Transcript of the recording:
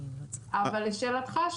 לשאלתך,